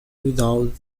without